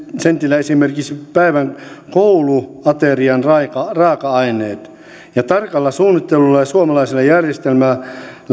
sentillä saadaan esimerkiksi päivän kouluaterian raaka raaka aineet ja tarkalla suunnittelulla ja suomalaisella järjestelmällä